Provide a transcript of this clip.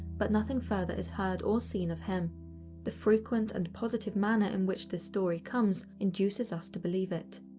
but nothing further is heard or seen of him the frequent and positive manner in which this story comes, induces us to believe it.